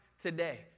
today